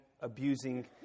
abusing